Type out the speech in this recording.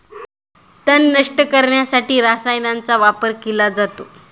तण नष्ट करण्यासाठी रसायनांचा वापर केला जातो